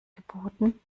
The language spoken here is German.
geboten